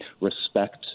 respect